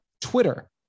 Twitter